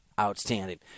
outstanding